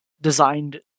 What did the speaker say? designed